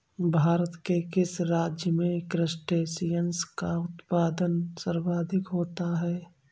भारत के किस राज्य में क्रस्टेशियंस का उत्पादन सर्वाधिक होता है?